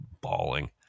bawling